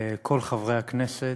כל חברי הכנסת.